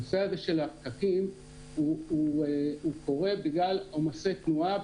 הנושא של הפקקים הוא קורה בגלל עומסי תנועה,